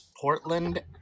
portland